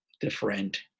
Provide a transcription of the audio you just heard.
different